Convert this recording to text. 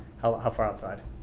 how ah far outside?